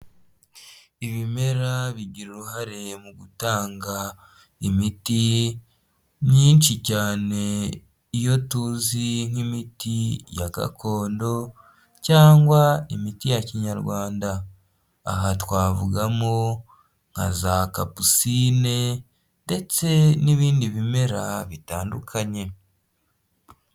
Ibimera bigira uruhare mu gutanga imiti myinshi cyane iyo tuzi nk'imiti ya gakondo cyangwa imiti ya kinyarwanda, aha twavugamo nka za kapusine ndetse n'ibindi bimera bitandukanye.